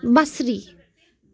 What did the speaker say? بصری